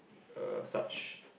err such